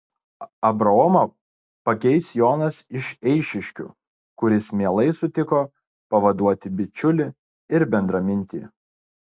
abraomą pakeis jonas iš eišiškių kuris mielai sutiko pavaduoti bičiulį ir bendramintį